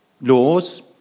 laws